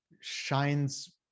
shines